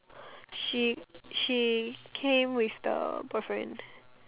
she she came with the boyfriend